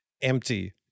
empty